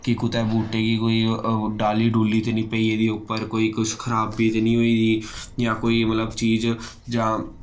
कि कुतै बूह्टे गी कोई डाली डूली ते नि पेई गेदी उप्पर कोई कुछ खराबी ते नि होई गेदी जां कोई मतलब चीज जां